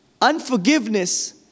Unforgiveness